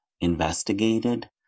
investigated